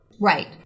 Right